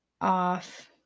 off